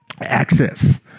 Access